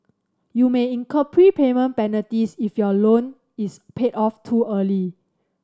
you may incur prepayment penalties if your loan is paid off too early